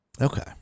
okay